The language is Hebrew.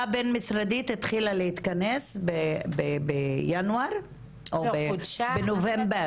הבין-משרדית התחילה להתכנס בינואר או בנובמבר.